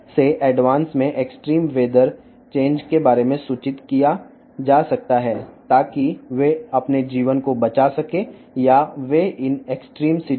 కాబట్టి బాగా అభివృద్ధి చెందిన ఈ రాడార్ సహాయంతో తీవ్రమైన వాతావరణ మార్పుల గురించి తెలియజేయవచ్చు